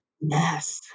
yes